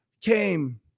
came